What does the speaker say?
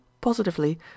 positively